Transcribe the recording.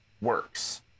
works